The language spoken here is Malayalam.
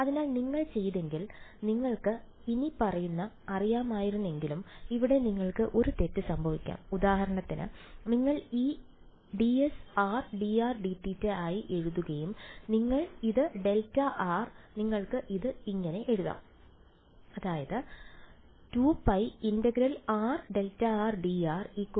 അതിനാൽ നിങ്ങൾ ചെയ്തെങ്കിൽ നിങ്ങൾക്ക് ഇനിപ്പറയുന്നവ അറിയാമായിരുന്നെങ്കിൽ ഇവിടെ നിങ്ങൾക്ക് ഒരു തെറ്റ് സംഭവിക്കാം ഉദാഹരണത്തിന് നിങ്ങൾ ഈ dS rdrdθ ആയി എഴുതുകയും നിങ്ങൾ ഇത് δ നിങ്ങൾക്ക് ഇത് ഇങ്ങനെ എഴുതാം 2π∫rδdr 2π